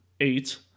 eight